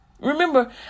Remember